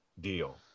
deal